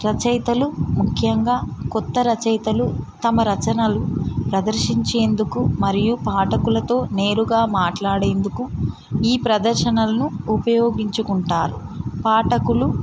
రచయితలు ముఖ్యంగా కొత్త రచయితలు తమ రచనలు ప్రదర్శించేందుకు మరియు పాఠకులతో నేరుగా మాట్లాడేందుకు ఈ ప్రదర్శనలను ఉపయోగించుకుంటారు పాఠకులు